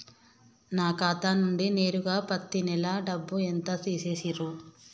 నా ఖాతా నుండి నేరుగా పత్తి నెల డబ్బు ఎంత తీసేశిర్రు?